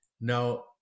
Now